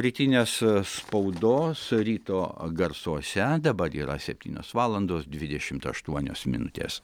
rytinės spaudos ryto garsuose dabar yra septynios valandos dvidešimt aštuonios minutės